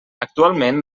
actualment